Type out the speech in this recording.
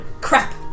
Crap